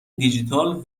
دیجیتال